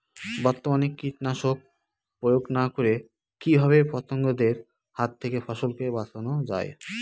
বর্তমানে কীটনাশক প্রয়োগ না করে কিভাবে পতঙ্গদের হাত থেকে ফসলকে বাঁচানো যায়?